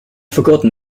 forgotten